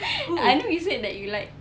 I know you say that you like